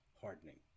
hardening